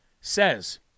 says